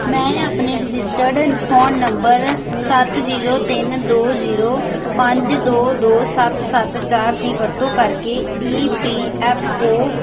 ਮੈਂ ਆਪਣੇ registered phone number ਸੱਤ ਜ਼ੀਰੋ ਤਿੰਨ ਦੋ ਜ਼ੀਰੋ ਪੰਜ ਦੋ ਦੋ ਸੱਤ ਸੱਤ ਚਾਰ ਦੀ ਵਰਤੋਂ ਕਰਕੇ ਈ ਪੀ ਐਫ ਓ